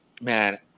man